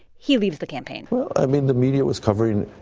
he leaves the campaign well, i mean, the media was covering,